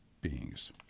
beings